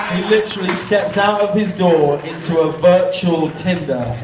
he literally steps out of his door into a virtual tinder.